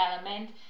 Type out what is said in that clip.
element